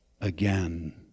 again